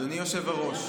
אדוני היושב-ראש,